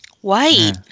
White